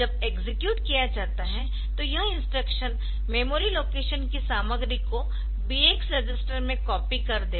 जब एक्सेक्यूट किया जाता है तो यह इंस्ट्रक्शन मेमोरी लोकेशन की सामग्री को BX रजिस्टर में कॉपी कर देगा